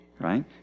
right